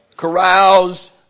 Carouse